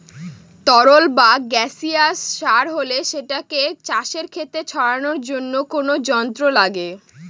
তরল বা গাসিয়াস সার হলে সেটাকে চাষের খেতে ছড়ানোর জন্য কোনো যন্ত্র লাগে